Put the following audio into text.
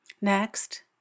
Next